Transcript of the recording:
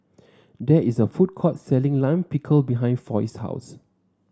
there is a food court selling Lime Pickle behind Foy's house